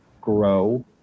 grow